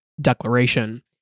declaration